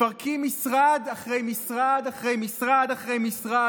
מפרקים משרד אחרי משרד אחרי משרד אחרי משרד,